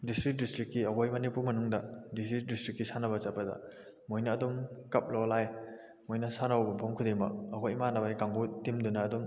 district ꯗꯤꯁꯇ꯭ꯔꯤꯛꯀꯤ ꯑꯩꯈꯣꯏ ꯃꯅꯤꯄꯨꯔ ꯃꯅꯨꯡꯗ ꯗꯤꯁꯇ꯭ꯔꯤꯛ ꯗꯤꯁꯇ꯭ꯔꯤꯛꯀꯤ ꯁꯥꯟꯅꯕ ꯆꯠꯄꯗ ꯃꯣꯏꯅ ꯑꯗꯨꯝ ꯀꯞ ꯂꯧꯔ ꯂꯥꯛꯑꯦ ꯃꯣꯏꯅ ꯁꯥꯟꯅꯕ ꯃꯐꯝ ꯈꯨꯗꯤꯡꯃꯛ ꯑꯩꯈꯣꯏ ꯏꯃꯥꯟꯅꯕꯒꯤ ꯀꯥꯡꯕꯨ ꯇꯤꯝꯗꯨꯅ ꯑꯗꯨꯝ